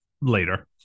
later